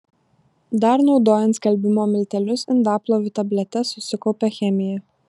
dar naudojant skalbimo miltelius indaplovių tabletes susikaupia chemija